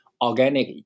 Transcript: organic